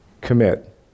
Commit